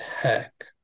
Tech